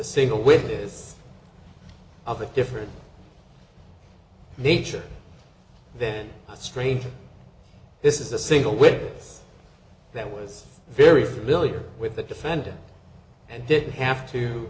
single witness of a different nature then a stranger this is a single women that was very familiar with the defendant and didn't have to